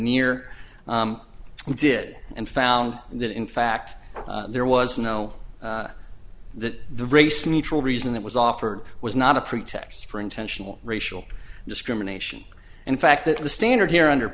and did and found that in fact there was no that the race neutral reason that was offered was not a pretext for intentional racial discrimination in fact that the standard here under